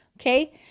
Okay